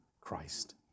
Christ